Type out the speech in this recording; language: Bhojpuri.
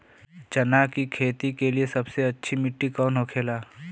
चना की खेती के लिए सबसे अच्छी मिट्टी कौन होखे ला?